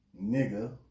nigga